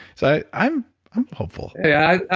so i'm i'm hopeful yeah.